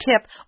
tip